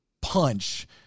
punch